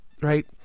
Right